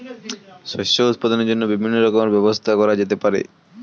শস্য উৎপাদনের জন্য বিভিন্ন রকমের ব্যবস্থা করা যেতে পারে